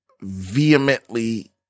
vehemently